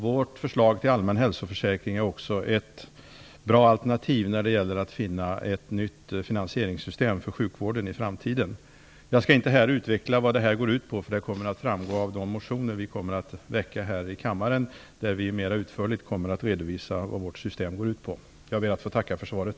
Vårt förslag till allmän hälsoförsäkring är också ett bra alternativ när det gäller att finna ett nytt finansieringssystem för sjukvården i framtiden. Jag skall inte här utveckla vad det går ut på, för det kommer att framgå av de motioner som vi kommer att väcka där vi mera utförligt kommer att redovisa vad förslaget går ut på. Jag vill än en gång tacka för svaret.